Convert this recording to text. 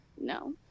no